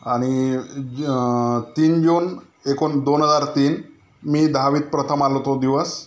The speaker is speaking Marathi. आणि तीन जून एकोण दोन हजार तीन मी दहावीत प्रथम आलो तो दिवस